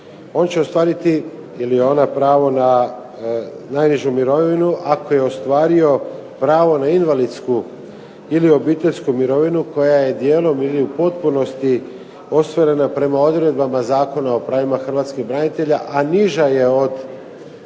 On će ostvariti, ili ona, pravo na najnižu mirovinu ako je ostvario pravo na invalidsku ili obiteljsku mirovinu koja je dijelom ili u potpunosti ostvarena prema odredbama Zakona o pravima hrvatskih branitelja, a niža je od